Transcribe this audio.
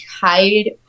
hide